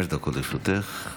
חמש דקות לרשותך.